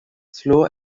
slow